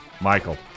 Michael